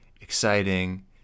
exciting